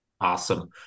Awesome